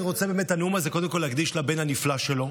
לכן את הנאום הזה אני רוצה באמת קודם כול להקדיש לבן הנפלא שלו,